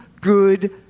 good